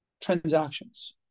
transactions